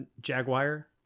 Jaguar